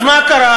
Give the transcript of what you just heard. אז מה קרה?